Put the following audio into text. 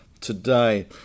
today